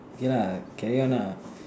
K lah carry on lah